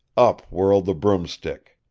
up whirled the broomstick.